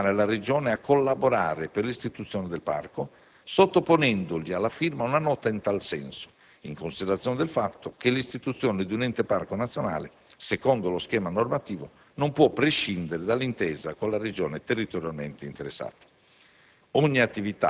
di sensibilizzare la Regione a collaborare per l'istituzione del Parco, sottoponendogli alla firma una nota in tal senso, in considerazione del fatto che l'istituzione di un ente Parco nazionale, secondo lo schema normativo, non può prescindere dall'intesa con la Regione territorialmente interessata.